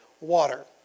water